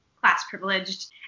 class-privileged